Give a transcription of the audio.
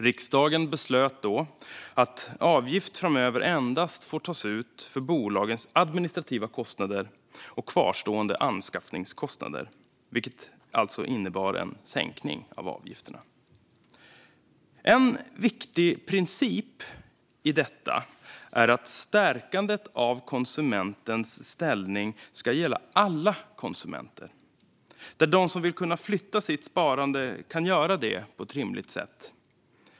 Riksdagen beslöt då att avgift framöver endast får tas ut för bolagens administrativa kostnader och kvarstående anskaffningskostnader, vilket alltså innebar en sänkning av avgifterna. En viktig princip i detta är att stärkandet av konsumentens ställning ska gälla alla konsumenter. De som vill flytta sitt sparande ska kunna göra det på ett rimligt sätt.